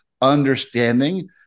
Understanding